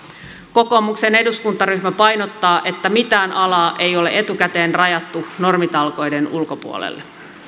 kokoomuksen eduskuntaryhmä painottaa että mitään alaa ei ole etukäteen rajattu normitalkoiden ulkopuolelle